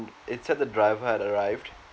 it said the driver had arrived